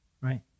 right